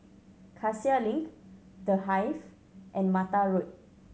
Cassia Link The Hive and Mattar Road